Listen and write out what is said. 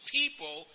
people